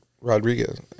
Rodriguez